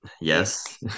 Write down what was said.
Yes